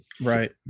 right